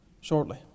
shortly